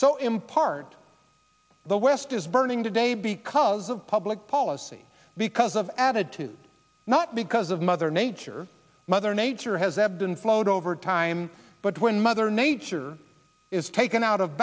so impart the west is burning today because of public policy because of attitude not because of mother nature mother nature has ebbed and flowed over time but when mother nature is taken out of